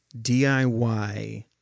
DIY